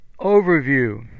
Overview